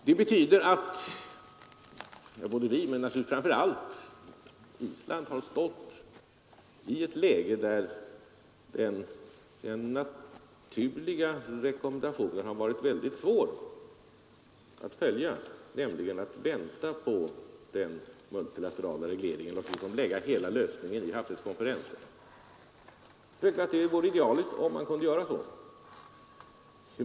Det är denna situation vi har att ta ställning till. Vi inser att det inte är möjligt att passivt avvakta den multilaterala regleringen och förlägga hela lösningen till havsrättskonferensen. Det vore självfallet idealiskt om man kunde göra så.